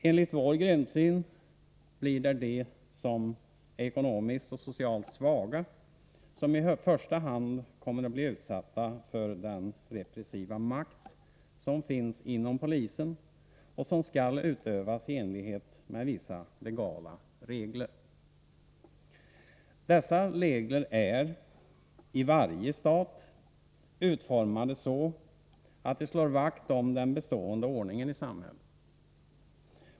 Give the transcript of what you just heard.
Enligt vår grundsyn blir det de som är ekonomiskt och socialt svaga som i första hand kommer att bli utsatta för den repressiva makt som finns inom polisen och som skall utövas i enlighet med vissa legala regler. Dessa regler är, i varje stat, utformade så att de slår vakt om den bestående ordningen i samhället.